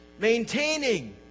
Maintaining